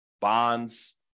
bonds